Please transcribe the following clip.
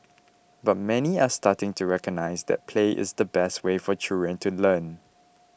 but many are starting to recognise that play is the best way for children to learn